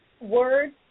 words